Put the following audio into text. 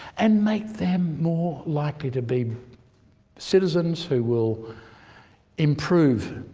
and make them more likely to be citizens who will improve,